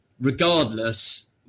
Regardless